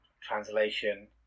translation